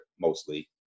mostly